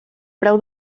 preu